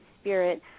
spirit